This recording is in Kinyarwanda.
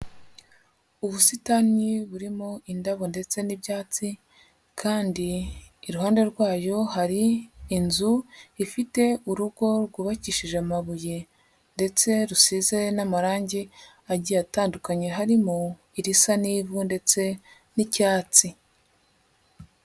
Ubusitani burimo indabo ndetse n'ibyatsi, kandi iruhande rwayo hari inzu ifite urugo rwubakishije amabuye ndetse rusize n'amarangi agiye atandukanye harimo irisa n'ivu ndetse n'icyatsi.